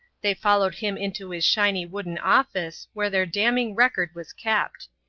they followed him into his shiny wooden office where their damning record was kept.